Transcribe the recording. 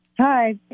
Hi